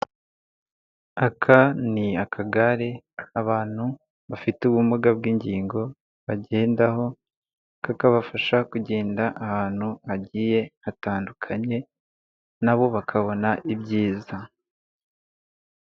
Aka ni akagare abantu bafite ubumuga bw'ingingo bagendaho, kakabafasha kugenda ahantu hagiye hatandukanye nabo bakabona ibyiza.